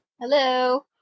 Hello